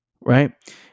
Right